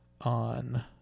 on